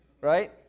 right